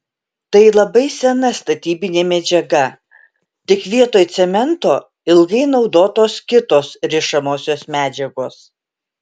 tai labai sena statybinė medžiaga tik vietoj cemento ilgai naudotos kitos rišamosios medžiagos